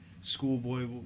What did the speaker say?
Schoolboy